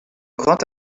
grand